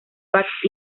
fax